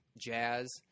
jazz